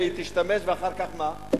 והיא תשתמש ואחר כך מה?